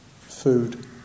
food